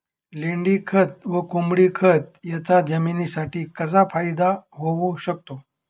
लेंडीखत व कोंबडीखत याचा जमिनीसाठी कसा फायदा होऊ शकतो?